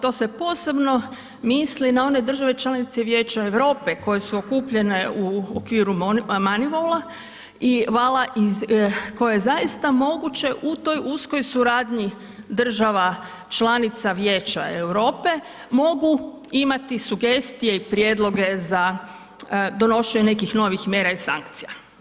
To se posebno misli na one države članice Vijeća Europe koje su okupljene u okviru Manivol-a, vala iz koje zaista moguće u toj uskoj suradnji država članica Vijeća Europe, mogu imati sugestije i prijedloge za donošenje nekih novih mjera i sankcija.